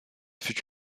fut